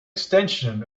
extension